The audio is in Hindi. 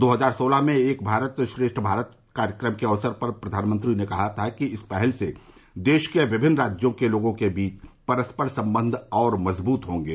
दो हजार सोलह में एक भारत श्रेष्ठ भारत कार्यक्रम के अवसर पर प्रधानमंत्री नरेन्द्र मोदी ने कहा था कि इस पहल से देश के विभिन्न राज्यों के लोगों के बीच परस्पर संबंध और मजबूत होंगे